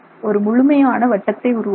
ஒரு முழுமையான வட்டத்தை உருவாக்கும்